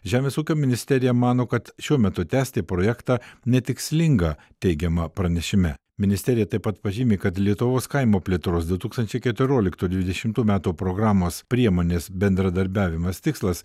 žemės ūkio ministerija mano kad šiuo metu tęsti projektą netikslinga teigiama pranešime ministerija taip pat pažymi kad lietuvos kaimo plėtros du tūkstančiai keturioliktų dvidešimų metų programos priemonės bendradarbiavimas tikslas